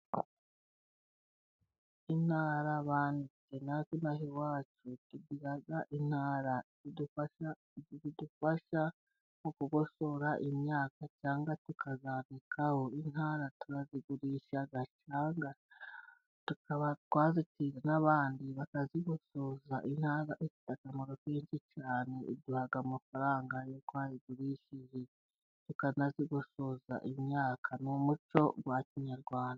Intara, natwe inaha iwacu tugira intara idufasha, idufasha nko kugosora imyaka cyangwa tukazabikaho. Intara turanazigurisha, cyangwa tukaba twazitiza n'abandi bakazigosoza. Intara ifite akamaro kenshi cyane, iduha amafaranga iyo twayigurishije, tukanazigosoza imyaka. Ni umuco wa kinyarwanda.